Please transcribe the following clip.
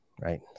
right